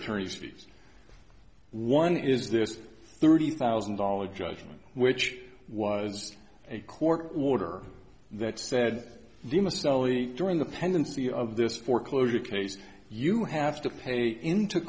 attorney's fees one is this thirty thousand dollars judgment which was a court order that said during the pendency of this foreclosure case you have to pay into